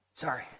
Sorry